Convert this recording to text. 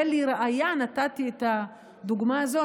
ולראיה נתתי את הדוגמה הזאת,